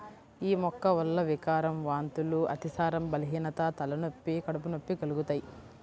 యీ మొక్క వల్ల వికారం, వాంతులు, అతిసారం, బలహీనత, తలనొప్పి, కడుపు నొప్పి కలుగుతయ్